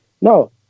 No